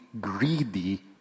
greedy